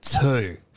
two